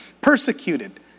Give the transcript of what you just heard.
persecuted